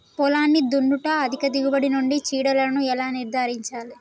పొలాన్ని దున్నుట అధిక దిగుబడి నుండి చీడలను ఎలా నిర్ధారించాలి?